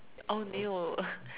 oh no